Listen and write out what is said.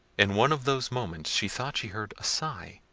in one of those moments she thought she heard a sigh.